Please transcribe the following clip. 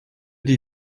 des